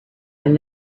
and